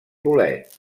bolet